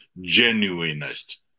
genuineness